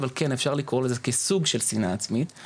אבל כן אפשר לקרוא לזה כסוג של שנאה עצמית.